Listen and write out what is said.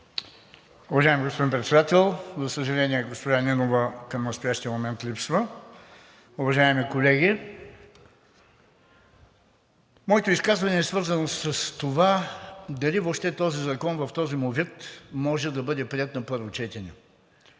Уважаеми господин Председател! За съжаление, госпожа Нинова към настоящия момент липсва. Уважаеми колеги! Моето изказване е свързано с това дали въобще този закон, в този му вид, може да бъде приет на първо четене?